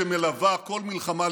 שמלווה כל מלחמה,